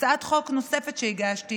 הצעת חוק נוספת שהגשתי